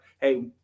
hey